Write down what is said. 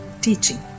teaching